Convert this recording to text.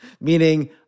meaning